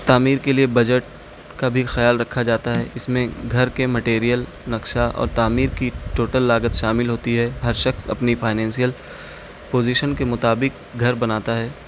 تعمیر کے لیے بجٹ کا بھی خیال رکھا جاتا ہے اس میں گھر کے مٹیریئل نقشہ اور تعمیر کی ٹوٹل لاگت شامل ہوتی ہے ہر شخص اپنی فائننسیئل پوزیشن کے مطابق گھر بناتا ہے